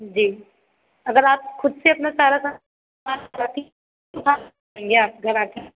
जी अगर आप ख़ुद से अपना सारा देंगे आपके घर आकर